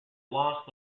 loss